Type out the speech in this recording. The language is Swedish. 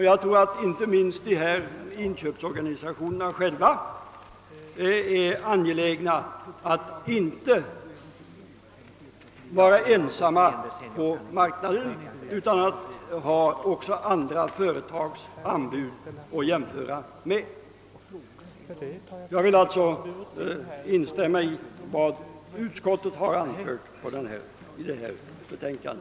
Jag tror att inte minst dessa inköpsorganisationer själva är angelägna att inte vara ensamma på marknaden; jag tror att de gärna ser att köparen kan jämföra deras anbud också med andra företags. Jag vill alltså instämma i vad utskottet anfört i sitt utlåtande.